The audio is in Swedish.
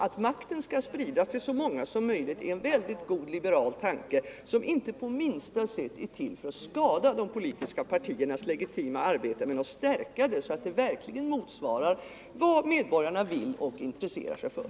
Att makten skall spridas till så många som möjligt är en mycket god liberal tanke, som inte på minsta sätt är till för att skada de politiska partiernas legitima arbete men som är till för att stärka det så att det verkligen motsvarar vad medborgarna vill och intresserar sig för.